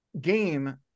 game